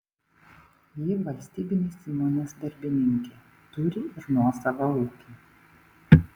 ji valstybinės įmonės darbininkė turi ir nuosavą ūkį